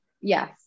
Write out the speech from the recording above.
Yes